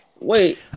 Wait